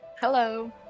Hello